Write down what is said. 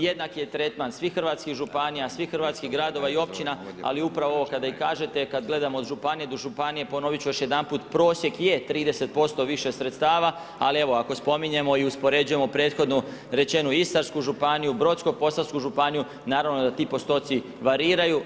Jednak je tretman svih hrvatskih županija, svih hrvatskih gradova i općina ali upravo ovo kada i kažete kad gledamo od županije do županije ponovit ću još jedanput prosjek je 30% više sredstava, ali evo ako spominjemo ili uspoređujemo prethodno rečenu Istarsku županiju, Brodsko-posavsku županiju naravno da ti postoci variraju.